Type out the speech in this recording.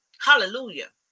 Hallelujah